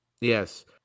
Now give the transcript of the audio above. Yes